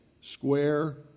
square